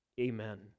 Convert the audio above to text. Amen